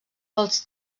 dels